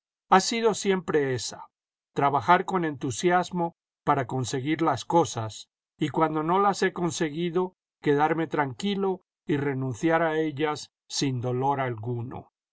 ha sido siempre esa trabajar con entusiasmo para conseguir las cosas y cuando no las he conseguido quedarme tranquilo y renunciar a ellas sin dolor alguno